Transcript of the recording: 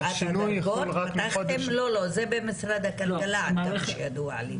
זה במשרד הכלכלה עד כמה שידוע לי.